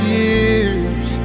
years